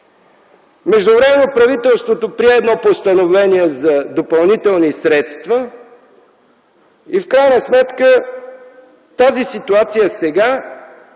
Междувременно правителството прие едно постановление за допълнителни средства и в крайна сметка тази ситуация сега